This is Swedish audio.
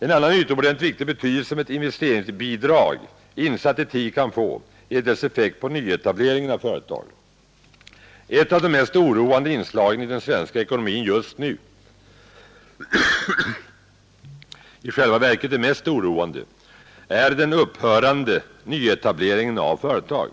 En annan utomordentligt viktig betydelse som ett investeringsbidrag insatt i tid kan få är dess effekt på nyetablering av företag. Ett av de mest oroande inslagen i den svenska ekonomin just nu, i själva verket det mest oroande, är den upphörande nyetableringen av företag.